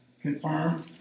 confirm